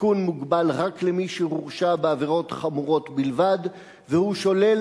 התיקון מוגבל רק למי שהורשע בעבירות חמורות בלבד והוא שולל